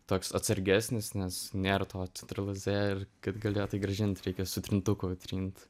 toks atsargesnis nes nėra to ctrl z kad galėtai grąžint reikia su trintuku trint